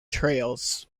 trails